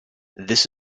this